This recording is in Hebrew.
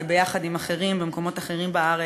ביחד עם אחרים במקומות אחרים בארץ,